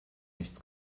nichts